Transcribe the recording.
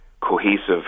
cohesive